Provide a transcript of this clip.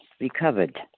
Recovered